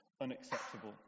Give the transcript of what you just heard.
unacceptable